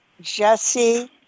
Jesse